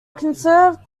conserved